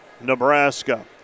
Nebraska